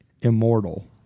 immortal